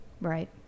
Right